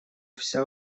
вся